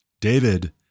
David